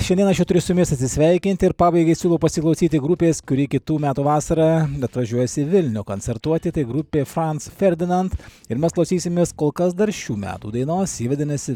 šiandien aš jau turiu su jumis atsisveikinti ir pabaigai siūlau pasiklausyti grupės kuri kitų metų vasarą atvažiuos į vilnių koncertuoti tai grupė franc ferdinand ir mes klausysimės kol kas dar šių metų dainos ji vadinasi